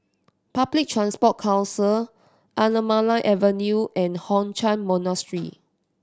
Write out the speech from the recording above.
Public Transport Council Anamalai Avenue and Hock Chuan Monastery